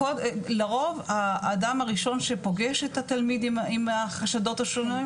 לרוב האדם הראשון שפוגש את התלמיד עם החשדות השונות,